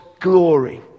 glory